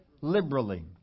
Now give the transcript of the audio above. liberally